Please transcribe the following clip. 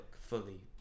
fully